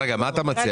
מה אתה מציע?